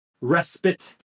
respite